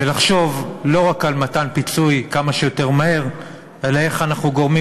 ולחשוב לא רק על מתן פיצוי כמה שיותר מהר אלא איך אנחנו גורמים